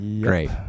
Great